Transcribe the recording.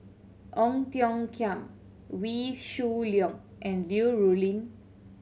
Ong Tiong Khiam Wee Shoo Leong and Liu Rulin